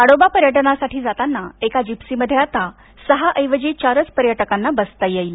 ताडोबा पर्यटनासाठी जातांना एका जिप्सीमध्ये आता सहा ऐवजी आता चारच पर्यटकांना बसता येईल